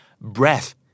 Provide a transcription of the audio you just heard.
breath